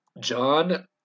John